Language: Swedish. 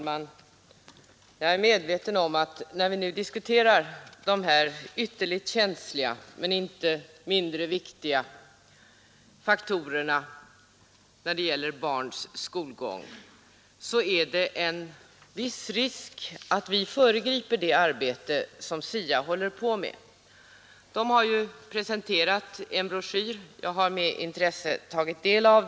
Herr talman! När vi nu diskuterar de här ytterligt känsliga men inte mindre viktiga faktorerna när det gäller barns skolgång finns det — det är jag medveten om — en viss risk att vi föregriper det arbete som SIA håller på med. Utredningen har presenterat en broschyr, som jag med intresse tagit del av.